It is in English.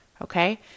okay